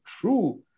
true